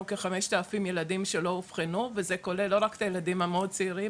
כ-5,000 ילדים שלא אובחנו וזה כולל לא רק את הילדים המאוד צעירים